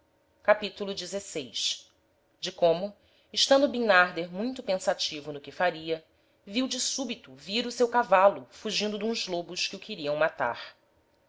capitulo xvi de como estando bimnarder muito pensativo no que faria viu de subito vir o seu cavalo fugindo d'uns lobos que o queriam matar